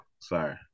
sorry